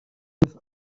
with